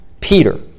Peter